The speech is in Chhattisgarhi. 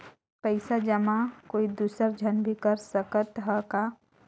पइसा जमा कोई दुसर झन भी कर सकत त ह का?